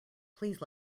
please